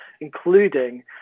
including